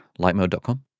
Lightmode.com